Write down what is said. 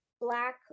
black